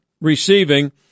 receiving